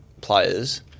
players